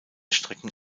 strecken